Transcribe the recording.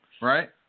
Right